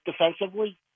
defensively